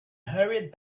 hurried